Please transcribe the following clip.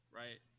right